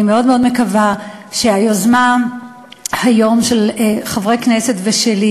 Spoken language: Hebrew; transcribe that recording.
אני מאוד מאוד מקווה שהיוזמה היום של חברי כנסת ושלי